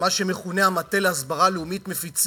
שמכונה "המטה להסברה לאומית" מפיצים.